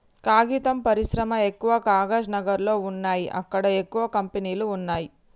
కాగితం పరిశ్రమ ఎక్కవ కాగజ్ నగర్ లో వున్నాయి అక్కడ ఎక్కువ కంపెనీలు వున్నాయ్